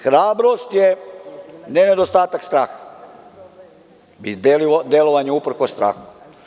Hrabrost je ne nedostatak straha i delovanje uprkos strahu.